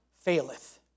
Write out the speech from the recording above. faileth